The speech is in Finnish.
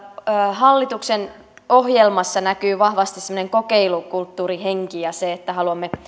hallituksen ohjelmassa näkyy vahvasti semmoinen kokeilukulttuurihenki ja se että haluamme